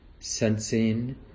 sensing